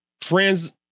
trans